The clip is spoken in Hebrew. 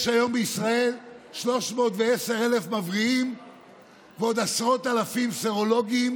יש היום בישראל 310,000 מבריאים ועוד עשרות אלפים סרולוגיים,